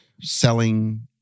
selling